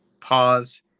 pause